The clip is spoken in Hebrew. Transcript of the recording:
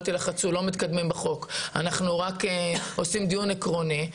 לא מתקדמים בחוק אלא אנחנו רק עושים דיון עקרוני,